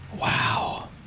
wow